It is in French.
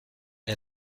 est